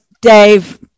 Dave